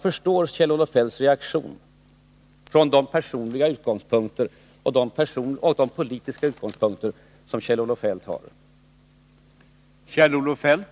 Med tanke på de personliga och politiska utgångspunkter som Kjell-Olof Feldt har förstår jag hans reaktion.